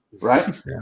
Right